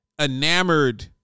enamored